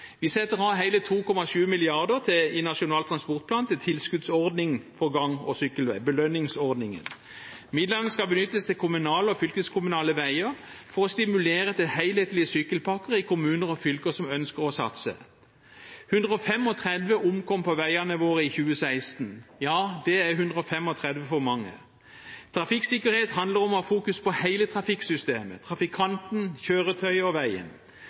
Vi setter av hele 2,7 mrd. kr i Nasjonal transportplan til tilskuddsordning for gang- og sykkelvei, belønningsordningen. Midlene skal benyttes til kommunale og fylkeskommunale veier for å stimulere til helhetlige sykkelpakker i kommuner og fylker som ønsker å satse. 135 personer omkom på veiene våre i 2016. Det er 135 for mange. Trafikksikkerhet handler om å fokusere på hele trafikksystemet: trafikanten, kjøretøyet og veien.